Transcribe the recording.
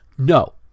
No